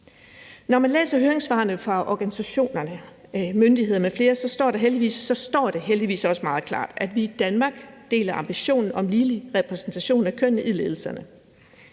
Når man læser høringssvarene fra organisationer, myndigheder m.fl., står det heldigvis også meget klart, at vi i Danmark deler ambitionen om ligelig repræsentation af køn i ledelserne.